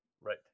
Right